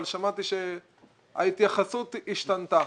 אבל שמעתי שההתייחסות השתנתה.